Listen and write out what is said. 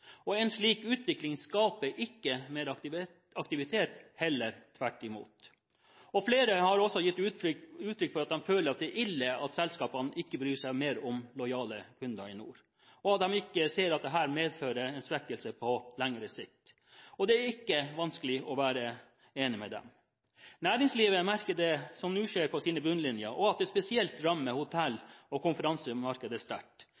En slik utvikling skaper ikke mer aktivitet – heller tvert imot. Flere har også gitt uttrykk for at de føler det er ille at selskapene ikke bryr seg mer om lojale kunder i nord, og at de ikke ser at dette medfører en svekkelse på lengre sikt. Det er ikke vanskelig å være enig med dem. Næringslivet merker det som nå skjer, på sine bunnlinjer, og spesielt sterkt rammer det